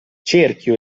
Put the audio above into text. cerchio